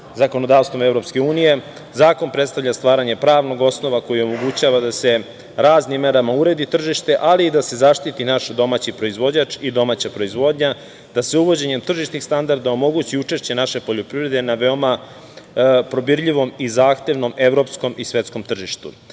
zakonodavstvom EU. Zakon predstavlja stvaranje pravnog osnova koji omogućava da se raznim merama uredi tržište, ali i da se zaštiti naš domaći proizvođač i domaća proizvodnja, da se uvođenjem tržišnih standarda omogući učešće naše poljoprivrede na veoma probirljivom i zahtevnom evropskom i svetskom tržištu. Ima